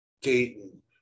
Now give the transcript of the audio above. Dayton